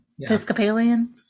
Episcopalian